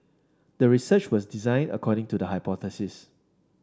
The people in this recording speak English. the research was designed according to the hypothesis